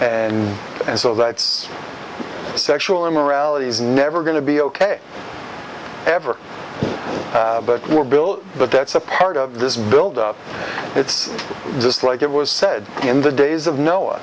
and and so that's sexual immorality is never going to be ok ever but we're built but that's a part of this build up it's just like it was said in the days of no